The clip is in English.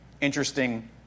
Interesting